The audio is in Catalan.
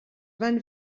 van